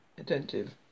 attentive